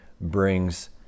brings